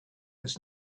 was